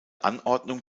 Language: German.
anordnung